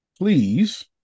Please